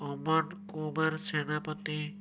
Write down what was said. Aman Kumar Senapati